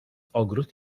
ogród